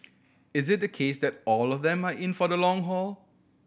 is it the case that all of them are in for the long haul